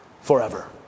forever